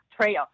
Trail